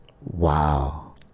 Wow